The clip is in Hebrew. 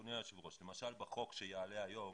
אדוני היושב ראש, למשל בחוק שיעלה היום,